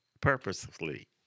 purposefully